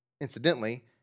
Incidentally